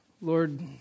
Lord